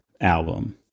album